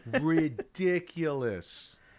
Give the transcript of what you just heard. Ridiculous